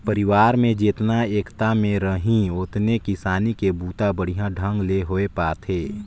परिवार में जेतना एकता में रहीं ओतने किसानी के बूता बड़िहा ढंग ले होये पाथे